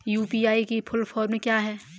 UPI की full form क्या है?